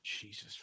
Jesus